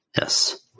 Yes